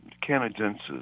canadensis